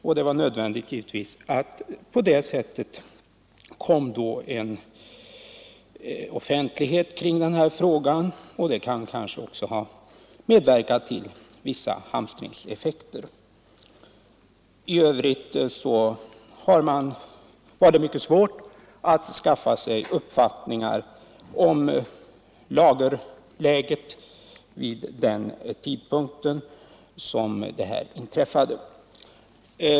På det sättet blev det en offentlighet kring frågan, och det kan kanske ha medverkat till vissa hamstringseffekter. I övrigt har det varit mycket svårt att skaffa sig en uppfattning om lagerläget vid den tidpunkt då detta inträffade.